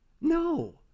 No